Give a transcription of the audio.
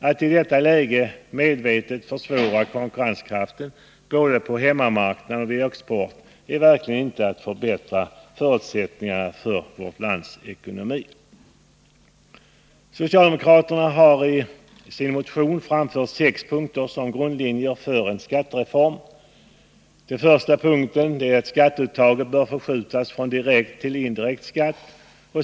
Att i detta läge medvetet försvåra konkurrenskraften både på hemmamarknaden och vid export är verkligen inte att förbättra förutsättningarna för vårt lands ekonomi. Socialdemokraterna har i sin motion anfört sex punkter som grund för en skattereform. Den första punkten innebär att skatteuttaget bör förskjutas från direkt till indirekt skatt.